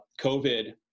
COVID